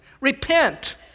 Repent